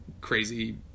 crazy